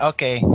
Okay